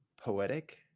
poetic